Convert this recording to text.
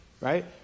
right